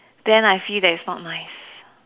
then I feel that it's not nice